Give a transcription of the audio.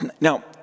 Now